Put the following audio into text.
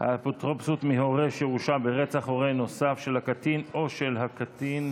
אפוטרופסות מהורה שהורשע ברצח הורה נוסף של הקטין או של הקטין),